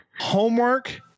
homework